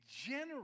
generous